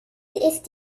ist